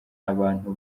abantu